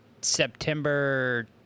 September